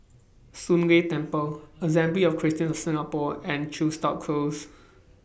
Soon Leng Temple Assembly of Christians of Singapore and Chepstow Close